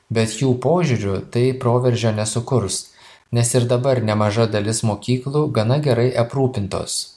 bet jų požiūriu tai proveržio nesukurs nes ir dabar nemaža dalis mokyklų gana gerai aprūpintos